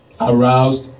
aroused